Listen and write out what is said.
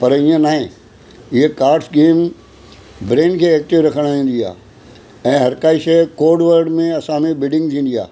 पर ईअं नाहे हीअ कार्ड्स गेम ब्रेन खे एक्टिव रखणु वेंदी आहे ऐं हर का शइ कोड वर्ड में असांखे बिडींग थींदी आहे